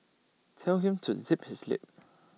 tell him to zip his lip